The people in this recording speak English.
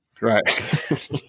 right